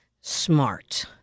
smart